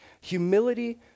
Humility